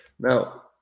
Now